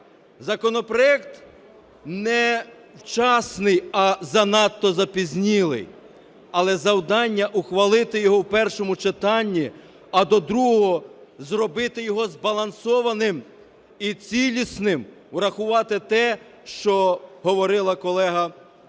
Законопроект не вчасний, а занадто запізнілий. Але завдання – ухвалити його в першому читанні, а до другого зробити його збалансованим і цілісним, врахувати те, що говорила колега,